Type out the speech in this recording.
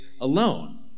alone